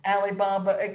Alibaba